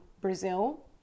brazil